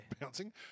Bouncing